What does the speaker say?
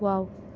wow